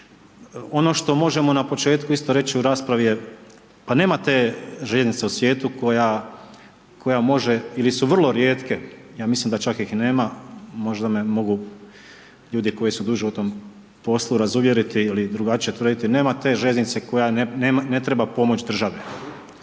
Ono što možemo na početku isto reći u raspravi je, pa nema te željeznice u svijetu koja može ili su vrlo rijetke, ja mislim da čak ih nema, možda me mogu ljudi koji su duže u tom poslu razuvjeriti ili drugačije tvrditi, nema te željeznice koja ne treba pomoć države.